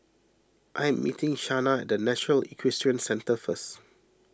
I am meeting Shanna at National Equestrian Centre first